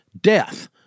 Death